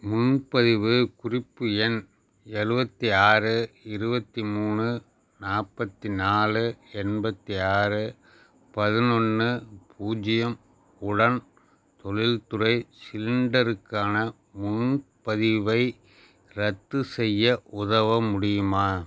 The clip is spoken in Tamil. முன்பதிவு குறிப்பு எண் எழுவத்தி ஆறு இருவத்தி மூணு நாற்பத்தி நாலு எண்பத்தி ஆறு பதினொன்று பூஜ்ஜியம் உடன் தொழில்துறை சிலிண்டருக்கான முன்பதிவை ரத்து செய்ய உதவ முடியுமா